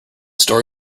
story